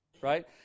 Right